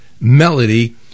melody